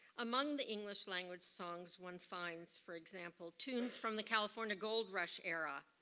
among the english language songs one finds for example, tunes from the california gold rush era.